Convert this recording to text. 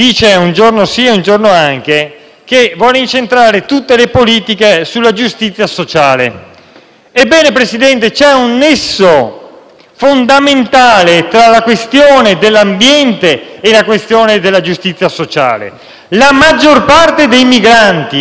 Ebbene, Presidente, c'è un nesso fondamentale tra la questione dell'ambiente e la questione della giustizia sociale: la maggior parte dei migranti che premono alle nostre porte è rappresentata da esuli ambientali che fuggono dalla siccità,